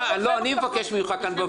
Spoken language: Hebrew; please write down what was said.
אני מבקש ממך כאן בוועדה.